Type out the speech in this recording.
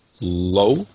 low